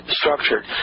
structured